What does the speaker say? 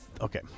Okay